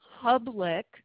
public